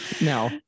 No